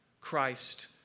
Christ